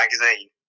magazine